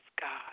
God